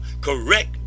correct